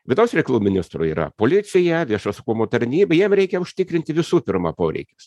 vidaus reikalų ministro yra policija viešo saugumo tarnyba jam reikia užtikrinti visų pirma poreikius